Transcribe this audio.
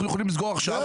אנחנו יכולים לסגור עכשיו.